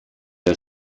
der